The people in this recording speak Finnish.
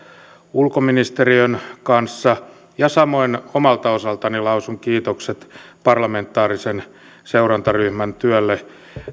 ulkoministeriön kanssa ja samoin omalta osaltani lausun kiitokset parlamentaarisen seurantaryhmän työlle